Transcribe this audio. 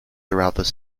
throughout